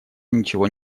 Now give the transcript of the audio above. ничего